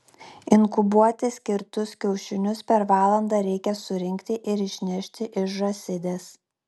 inkubuoti skirtus kiaušinius per valandą reikia surinkti ir išnešti iš žąsidės